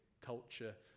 culture